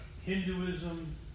Hinduism